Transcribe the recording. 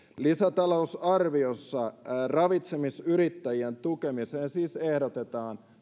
lisätalousarviossa ravitsemisyrittäjien tukemiseen siis ehdotetaan